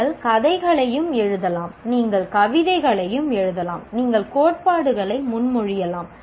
நீங்கள் கதைகளையும் எழுதலாம் நீங்கள் கவிதைகள் எழுதலாம் நீங்கள் கோட்பாடுகளை முன்மொழியலாம்